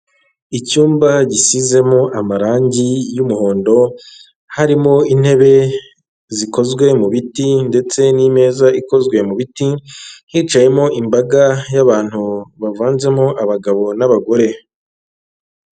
Icyumba gisizemo amarangi y'umuhondo, harimo intebe zikozwe mu biti, ndetse n'imeza ikozwe mu biti, hicayemo imbaga y'abantu bavanzemo abagabo n'abagore.